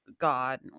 God